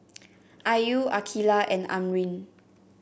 Ayu Aqilah and Amrin